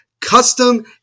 custom